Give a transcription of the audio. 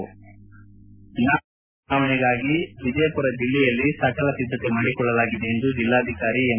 ನಾಳಿನ ಲೋಕಸಭಾ ಚುನಾವಣೆಗಾಗಿ ವಿಜಯಪುರ ಜಿಲ್ಲೆಯಲ್ಲಿ ಸಕಲ ಸಿದ್ದತೆ ಮಾಡಿಕೊಳ್ಳಲಾಗಿದೆ ಎಂದು ಜೆಲ್ಲಾಧಿಕಾರಿ ಎಂ